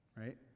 right